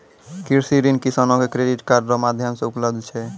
कृषि ऋण किसानो के क्रेडिट कार्ड रो माध्यम से उपलब्ध छै